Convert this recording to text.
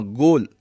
goal